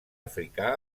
africà